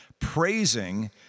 Praising